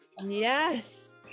Yes